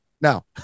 now